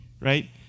right